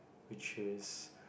which is